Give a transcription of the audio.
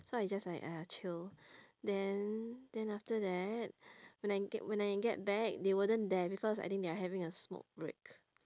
so I just like !aiya! chill then then after that when I get when I get back they weren't there I think they are having a smoke break